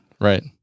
Right